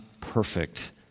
perfect